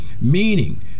meaning